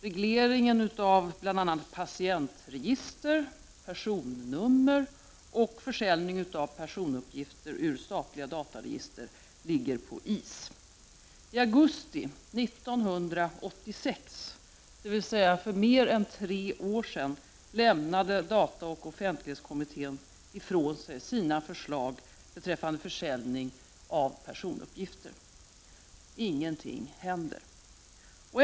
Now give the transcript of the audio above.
Regleringen av bl.a. patientregister, personnummer och försäljning av personuppgifter ur statliga dataregister ligger på is. I augusti 1986, dvs. för mer än tre år sedan lämnade DOK ifrån sig sina förslag beträffande försäljningen av personuppgifter. Ingenting händer.